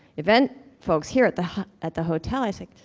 event folks here at the at the hotel, i said,